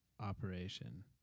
Operation